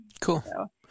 Cool